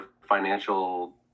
financial